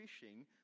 fishing